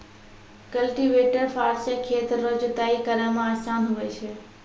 cultivator फार से खेत रो जुताइ करै मे आसान हुवै छै